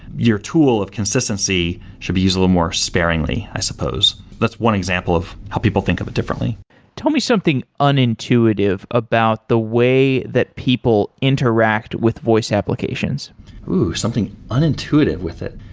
your tool of consistency should be used a little more sparingly, i suppose. that's one example of how people think of it differently tell me something unintuitive about the way that people interact with voice applications something unintuitive with it.